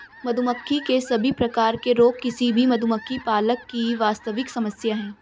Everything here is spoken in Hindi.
मधुमक्खी के सभी प्रकार के रोग किसी भी मधुमक्खी पालक की वास्तविक समस्या है